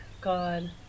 God